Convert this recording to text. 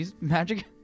magic